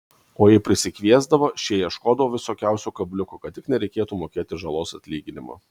o jei prisikviesdavo šie ieškodavo visokiausių kabliukų kad tik nereikėtų mokėti žalos atlyginimo